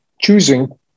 choosing